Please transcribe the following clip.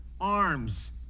arms